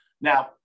Now